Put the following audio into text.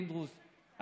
פינדרוס,